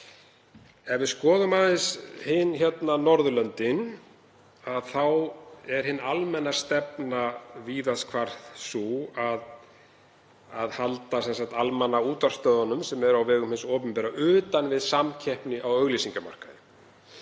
Ef við skoðum aðeins hin Norðurlöndin þá er hin almenna stefna víðast hvar sú að halda almannaútvarpsstöðvunum, sem eru á vegum hins opinbera, utan við samkeppni á auglýsingamarkaði